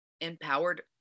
empowered